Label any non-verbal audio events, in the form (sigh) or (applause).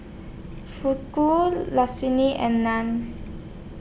Fugu (unintelligible) and Naan